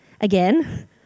Again